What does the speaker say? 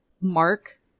mark